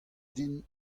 din